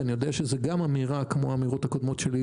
אני יודע שזו אמירה כמו הקודמות שלי,